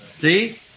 see